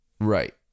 Right